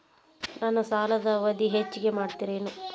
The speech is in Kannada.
ನನ್ನ ಸಾಲದ ಅವಧಿ ಹೆಚ್ಚಿಗೆ ಮಾಡ್ತಿರೇನು?